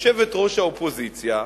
יושבת-ראש האופוזיציה,